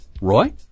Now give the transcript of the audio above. Roy